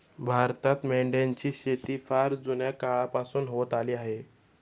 भारतात मेंढ्यांची शेती फार जुन्या काळापासून होत आली आहे